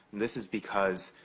this is because